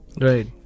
Right